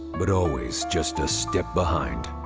but always just a step behind.